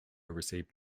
received